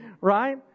right